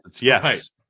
Yes